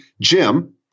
Jim